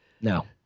No